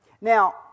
Now